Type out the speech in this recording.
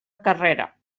carrera